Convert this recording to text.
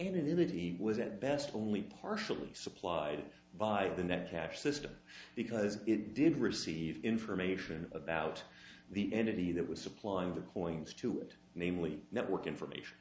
anonymity was at best only partially supplied by the net cash system because it did receive information about the entity that was supplying the coins to it namely network information